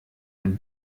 ein